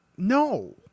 no